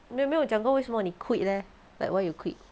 没有没有讲过为什么你 quit leh like why you quit